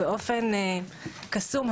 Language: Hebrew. באופן קסום,